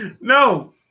No